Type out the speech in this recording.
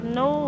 no